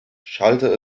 schallte